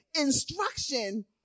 instruction